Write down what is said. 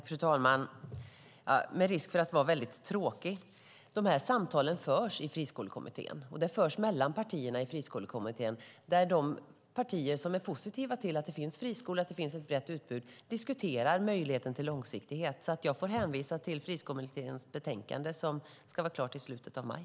Fru talman! Med risk för att vara tråkig: Dessa samtal förs i Friskolekommittén där de partier som är positiva till att det finns friskolor och ett brett utbud diskuterar möjligheten till långsiktighet. Jag får därför hänvisa till Friskolekommitténs betänkande som ska vara klart i slutet av maj.